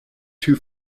two